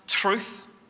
truth